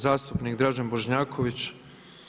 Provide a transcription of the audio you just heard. Zastupnik Dražen Bošnjaković.